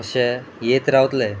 अशें येत रावतले